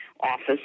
office